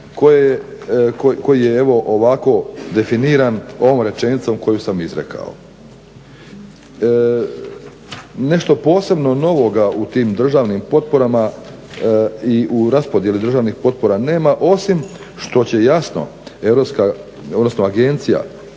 koji je evo ovako definiran ovom rečenicom koju sam izrekao. Nešto posebno novoga u tim državnim potporama i u raspodjeli državnih potpora nema osim što će jasno europska,